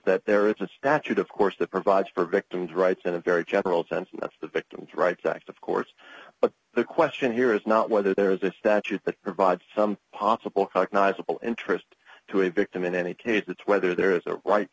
that there is a statute of course that provides for victim's rights in a very general sense and that's the victims rights act of course the question here is not whether there is a statute that provides some possible cognizable interest to a victim in any case it's whether there is a right